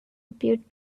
appeared